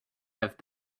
have